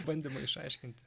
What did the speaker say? bandymai išaiškinti